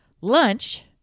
lunch